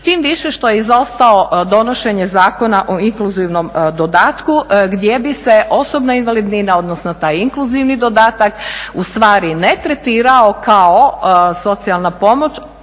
Tim više što je izostalo donošenje Zakona o inkluzivnom dodatku gdje bi se osobna invalidnina, odnosno taj inkluzivni dodatak ustvari ne tretirao kao socijalna pomoć,